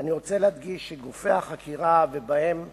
אני רוצה להדגיש שגופי החקירה, ובהם המשטרה,